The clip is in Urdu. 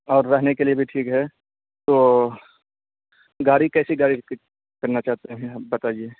اور رہنے کے لیے بھی ٹھیک ہے تو گاڑی کیسی گاڑی کرنا چاہتے ہیں آپ بتائیے